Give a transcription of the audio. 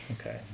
Okay